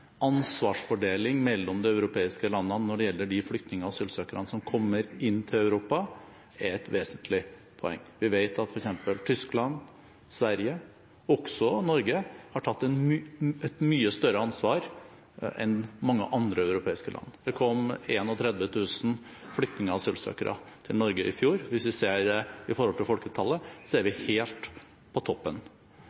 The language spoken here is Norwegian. Ansvarsfordeling mellom de europeiske landene når det gjelder flyktningene og asylsøkerne som kommer til Europa, er et vesentlig poeng. Vi vet at f.eks. Tyskland, Sverige og Norge har tatt et mye større ansvar enn mange andre europeiske land. Det kom 31 000 flyktninger og asylsøkere til Norge i fjor. Hvis vi sammenlikner det tallet med folketallet i Norge, er vi